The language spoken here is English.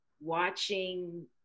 watching